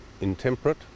intemperate